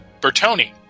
Bertoni